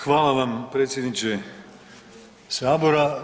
Hvala vam predsjedniče Sabora.